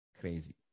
crazy